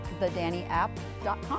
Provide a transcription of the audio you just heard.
thedannyapp.com